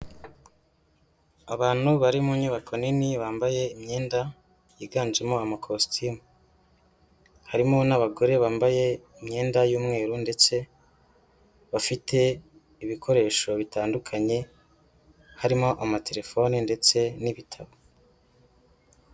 Abantu bari mu nyubako nini bambaye imyenda yiganjemo amakositimu, harimo n'abagore bambaye imyenda y'umweru ndetse bafite ibikoresho bitandukanye, harimo amatelefone ndetse n'ibitabo.